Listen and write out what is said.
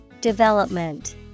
Development